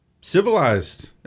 Civilized